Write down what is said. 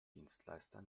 dienstleister